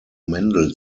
mendel